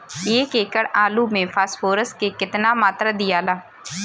एक एकड़ आलू मे फास्फोरस के केतना मात्रा दियाला?